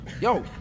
Yo